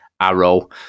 Arrow